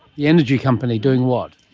the energy company. doing what?